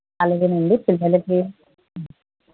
అలాగేనండి పిల్లలకి